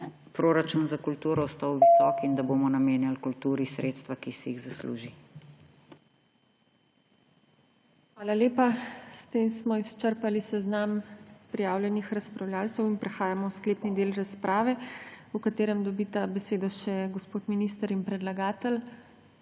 da bo proračun za kulturo ostal visok in da bomo namenjali kulturi sredstva, ki si jih zasluži. PODPREDSEDNICA TINA HEFERLE: Hvala lepa. S tem smo izčrpali seznam prijavljenih razpravljavcev in prehajamo v sklepni del razprave, v katerem dobita besedo še gospod minister in predlagatelj